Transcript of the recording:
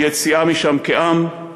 יציאה משם כעם,